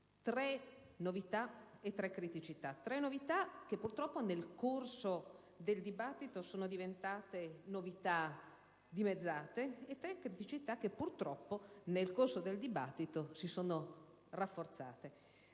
tre novità e tre criticità: tre novità che purtroppo, nel corso del dibattito, sono state dimezzate, e tre criticità che purtroppo, nel corso del dibattito, si sono rafforzate.